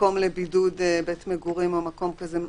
מקום לבידוד, בית מגורים או מקום כזה.